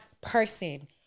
person